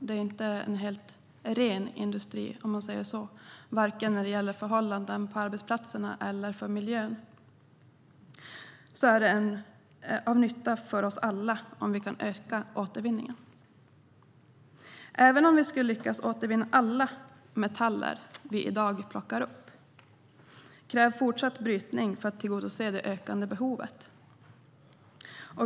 Det är inte en helt ren industri, om man säger så, när det gäller förhållandena på arbetsplatserna eller miljön. Det är därför till nytta för oss alla om vi kan öka återvinningen. Även om vi skulle lyckas återvinna alla metaller vi i dag plockar upp krävs fortsatt brytning för att tillgodose det ökande behovet.